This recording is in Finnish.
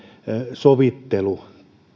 sovittelu